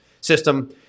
system